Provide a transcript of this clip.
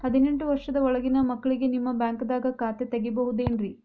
ಹದಿನೆಂಟು ವರ್ಷದ ಒಳಗಿನ ಮಕ್ಳಿಗೆ ನಿಮ್ಮ ಬ್ಯಾಂಕ್ದಾಗ ಖಾತೆ ತೆಗಿಬಹುದೆನ್ರಿ?